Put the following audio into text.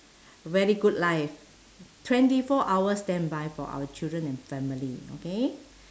very good life twenty four standby for our children and family okay